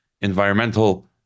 environmental